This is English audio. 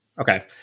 Okay